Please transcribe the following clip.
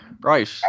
Right